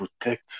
protect